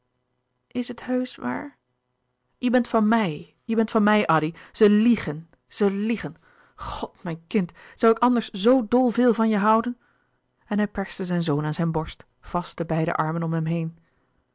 is het heusch waar je bent van mij je bent van mij addy ze liegen ze liegen god mijn kind zoû ik anders zoo dol veel van je houden louis couperus de boeken der kleine zielen en hij perste zijn zoon aan zijn borst vast de beide armen om hem heen